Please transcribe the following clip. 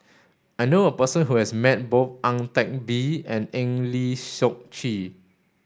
I knew a person who has met both Ang Teck Bee and Eng Lee Seok Chee